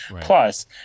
Plus